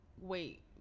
wait